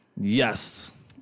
Yes